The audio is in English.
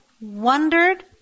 wondered